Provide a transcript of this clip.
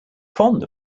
fond